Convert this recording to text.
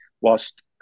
whilst